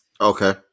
Okay